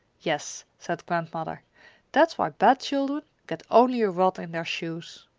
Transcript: yes, said grandmother that's why bad children get only a rod in their shoes.